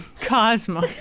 Cosmo